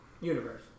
universe